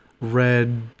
red